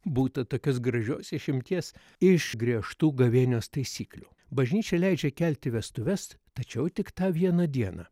būta tokios gražios išimties iš griežtų gavėnios taisyklių bažnyčia leidžia kelti vestuves tačiau tik tą vieną dieną